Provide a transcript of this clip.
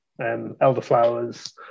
elderflowers